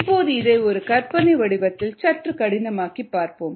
இப்போது இதை ஒரு கற்பனை வடிவத்தில் சற்று கடினமாக்கி பார்ப்போம்